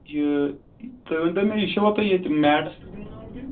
یہِ تُہۍ ؤنۍ تو مےٚ یہِ چھِوا تُہۍ یتہِ میٹس پٮ۪ٹھ گندناوان کِنہٕ پٮ۪ٹھ